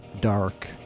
dark